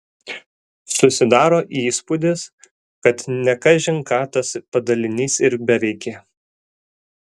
susidaro įspūdis kad ne kažin ką tas padalinys ir beveikė